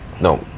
No